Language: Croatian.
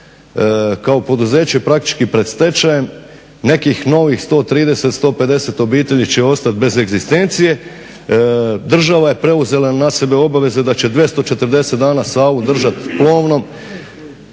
kao poduzeće praktički pred stečajem, nekih novih 130, 150 obitelji će ostati bez egzistencije. Država je preuzela na sebe obaveze da će 240 dana Savu držati plovnom